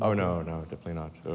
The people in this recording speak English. oh, no, no. definitely not.